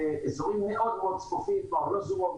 אזורים מאוד צפופים כמו ארלוזורוב,